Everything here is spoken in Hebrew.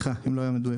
אם לא היה מובן.